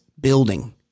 building